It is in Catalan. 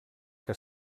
que